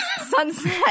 sunset